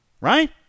Right